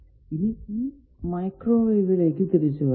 ഇനി ഈ മൈക്രോവേവിലേക്കു തിരിച്ചു വരാം